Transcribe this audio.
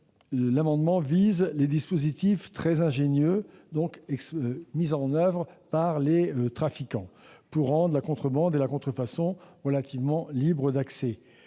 amendement a pour objet les dispositifs très ingénieux mis en oeuvre par les trafiquants pour rendre la contrebande et la contrefaçon relativement libres d'accès.